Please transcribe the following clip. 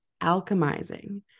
alchemizing